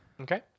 okay